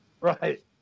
right